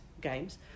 games